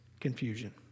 confusion